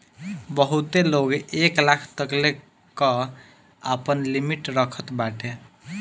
बहुते लोग एक लाख तकले कअ आपन लिमिट रखत बाटे